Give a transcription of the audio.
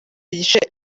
igice